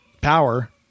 power